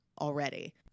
already